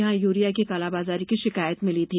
यहां यूरिया की कालाबाजारी की शिकायत मिली थी